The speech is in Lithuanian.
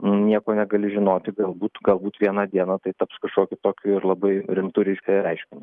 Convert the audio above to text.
nieko negali žinoti galbūt galbūt vieną dieną tai taps kažkokiu tokiu ir labai rimtu ryškiu reiškiniu